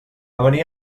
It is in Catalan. venir